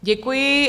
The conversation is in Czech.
Děkuji.